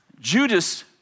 Judas